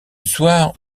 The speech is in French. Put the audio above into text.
soir